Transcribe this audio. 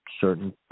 certain